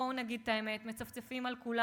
בואו נגיד את האמת: מצפצפים על כולנו,